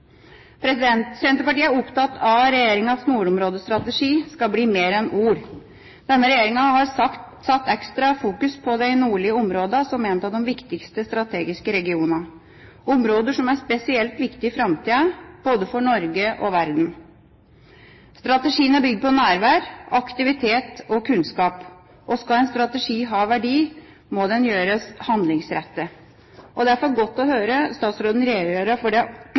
Senterpartiet er opptatt av at regjeringas nordområdestrategi skal bli mer enn ord. Denne regjeringa har satt ekstra fokus på de nordlige områdene som en av de viktigste strategiske regionene – områder som er spesielt viktige i framtida både for Norge og verden. Strategien er bygd på nærvær, aktivitet og kunnskap. Skal en strategi ha verdi, må den gjøres handlingsrettet. Det er derfor godt å høre statsråden redegjøre for det